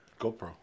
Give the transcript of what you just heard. GoPro